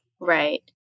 Right